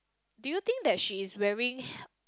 do you think that she is wearing